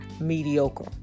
mediocre